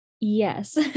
Yes